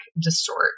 distort